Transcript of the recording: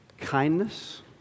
kindness